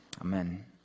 Amen